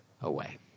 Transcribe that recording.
away